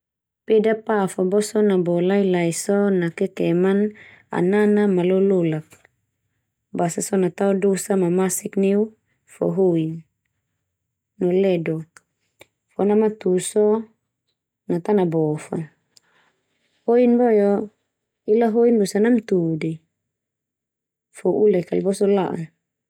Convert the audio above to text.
Peda pa fo boso nabo lai-lai so na keke man anana ma lololak. Basa so na tao dosa ma masik neu fo hoin no ledo fo namatu so, na ta nabo fa. Hoin boe o ela hoin losa namtu de, fo ulek kal boso la'an.